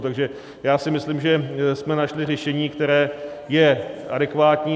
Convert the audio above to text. Takže si myslím, že jsme našli řešení, které je adekvátní.